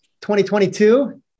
2022